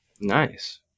Nice